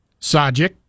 Sajik